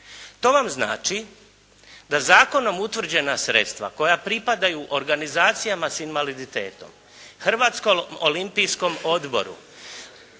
To vam znači da zakonom utvrđena sredstva koja pripadaju organizacijama sa invaliditetom, Hrvatskom olimpijskom odboru,